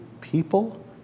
people